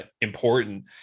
important